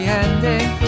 ending